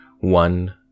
one